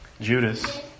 Judas